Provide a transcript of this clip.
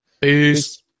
Peace